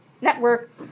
network